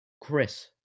Chris